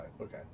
Okay